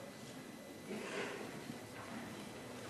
(חברי הכנסת מקדמים בקימה את פני נשיא